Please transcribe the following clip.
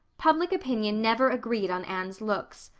public opinion never agreed on anne's looks.